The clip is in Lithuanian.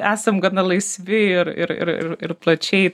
esam gana laisvi ir ir ir ir ir plačiai